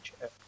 check